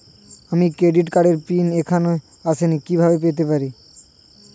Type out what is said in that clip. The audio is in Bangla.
আমার ক্রেডিট কার্ডের পিন এখনো আসেনি কিভাবে পেতে পারি?